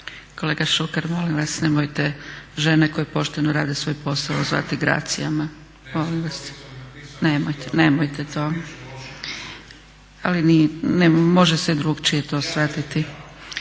Kolega Šuker molim vas žene koje pošteno rade svoj posao zvati Gracijama. Molim vas nemojte to. može se i drukčije to shvatiti.